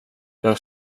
jag